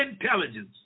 intelligence